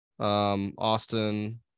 Austin